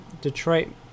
Detroit